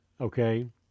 Okay